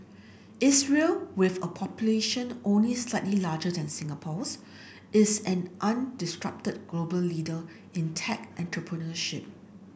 Israel with a population only slightly larger than Singapore's is an undisputed global leader in tech entrepreneurship